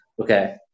Okay